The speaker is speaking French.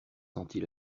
sentit